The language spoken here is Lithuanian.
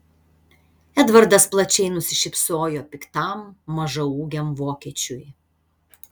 edvardas plačiai nusišypsojo piktam mažaūgiam vokiečiui